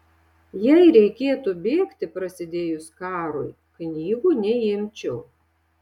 jei reikėtų bėgti prasidėjus karui knygų neimčiau